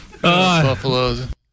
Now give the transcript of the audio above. Buffaloes